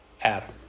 Adam